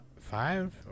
Five